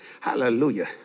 Hallelujah